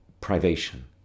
privation